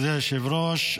מכובדי היושב-ראש,